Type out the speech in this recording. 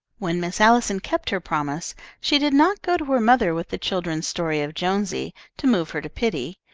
when miss allison kept her promise she did not go to her mother with the children's story of jonesy, to move her to pity.